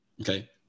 okay